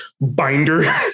binder